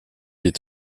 est